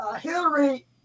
Hillary